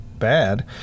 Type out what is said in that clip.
bad